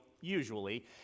usually